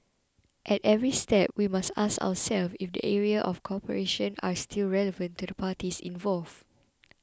at every step we must ask ourselves if the areas of cooperation are still relevant to the parties involved